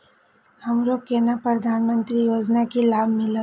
हमरो केना प्रधानमंत्री योजना की लाभ मिलते?